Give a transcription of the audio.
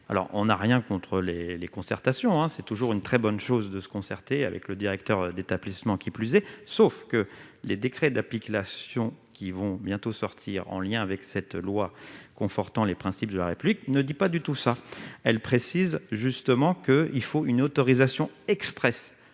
alors on a rien contre les les concertations, hein, c'est toujours une très bonne chose de se concerter avec le directeur d'établissement, qui plus est, sauf que les décrets d'la pique la qui vont bientôt sortir en lien avec cette loi, confortant les principes de la République ne dit pas du tout ça, elle précise justement que, il faut une autorisation expresse